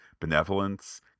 benevolence